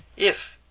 if,